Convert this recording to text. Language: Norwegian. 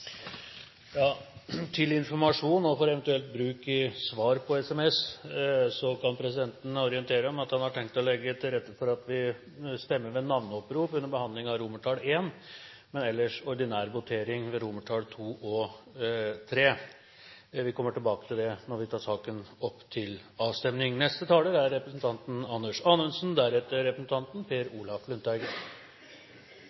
ja i de to neste. Til informasjon og for eventuell bruk i svar på SMS kan presidenten orientere om at han har tenkt å legge til rette for at vi stemmer ved navneopprop under behandlingen av I, men at vi har ordinær votering når det gjelder II og III. Jeg vil komme tilbake til dette når vi tar saken opp til avstemning.